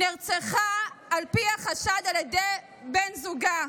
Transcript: נרצחה על פי החשד על ידי בן זוגה,